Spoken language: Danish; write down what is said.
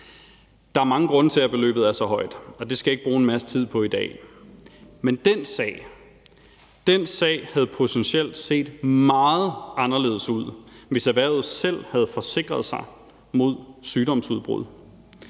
Der er mange grunde til, at beløbet er så højt, og det skal jeg ikke bruge en masse tid på i dag. Men den sag havde potentielt set meget anderledes ud, hvis erhvervet selv havde forsikret sig mod sygdomsudbrud.